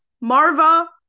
marva